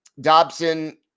Dobson